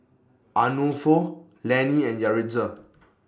Arnulfo Lanie and Yaritza